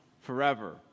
forever